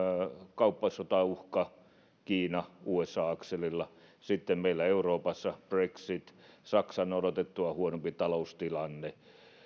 kauppasotauhka kiina usa akselilla sitten meillä ovat euroopassa brexit saksan odotettua huonompi taloustilanne